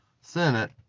Senate